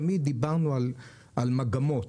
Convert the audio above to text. תמיד דיברנו על מגמות.